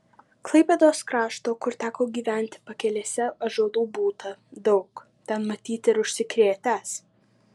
klaipėdos krašto kur teko gyventi pakelėse ąžuolų būta daug ten matyt ir užsikrėtęs